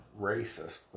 racist